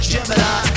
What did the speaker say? Gemini